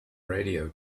radio